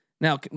Now